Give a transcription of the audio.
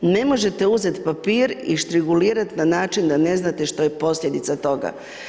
Ne možete uzeti papir i štrigulirati na način da ne znate što je posljedica toga.